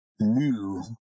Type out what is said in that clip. new